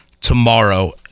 tomorrow